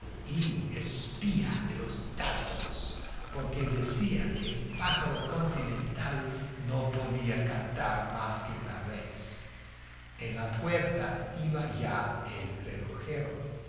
y espía de los tártaros porque decía que el pájaro continental no podía cantar más que una vez en la puerta iba ya el relojero